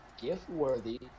gift-worthy